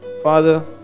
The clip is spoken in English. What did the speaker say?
Father